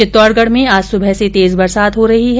चित्तौड़गढ़ में आज सुबह से तेज बरसात हो रही है